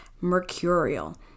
mercurial